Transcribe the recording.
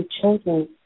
children